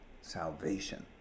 salvation